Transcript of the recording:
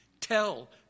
Tell